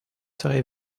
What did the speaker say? serais